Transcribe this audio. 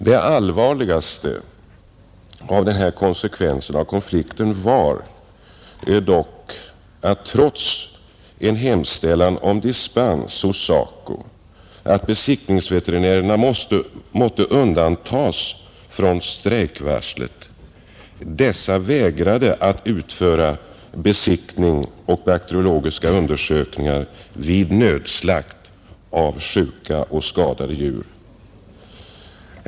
Den allvarligaste av konfliktens konsekvenser var dock att trots en hemställan hos SACO om att besiktningsveterinärerna genom dispens måtte undantas från strejkvarslet, vägrade dessa att utföra besiktning och bakteriologiska undersökningar vid nödslakt av sjuka och skadade djur.